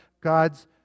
God's